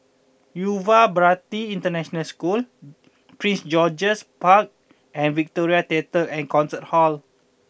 Yuva Bharati International School Prince George's Park and Victoria Theatre and Concert Hall